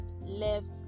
left